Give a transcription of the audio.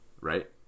right